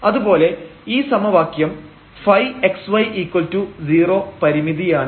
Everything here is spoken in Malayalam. അതുപോലെ ഈ സമവാക്യം ϕxy0 പരിമിതിയാണ്